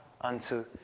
unto